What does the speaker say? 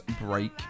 Break